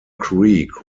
creek